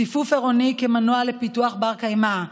ציפוף עירוני כמנוף לפיתוח בר-קיימא,